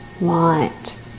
light